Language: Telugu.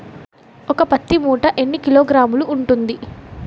ఒక పత్తి మూట ఎన్ని కిలోగ్రాములు ఉంటుంది?